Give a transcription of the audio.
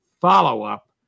follow-up